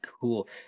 Cool